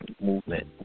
movement